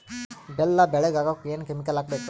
ಬೆಲ್ಲ ಬೆಳಗ ಆಗೋಕ ಏನ್ ಕೆಮಿಕಲ್ ಹಾಕ್ಬೇಕು?